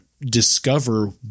discover